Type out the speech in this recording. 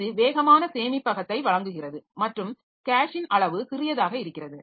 இது வேகமான சேமிப்பகத்தை வழங்குகிறது மற்றும் கேஷின் அளவு சிறியதாக இருக்கிறது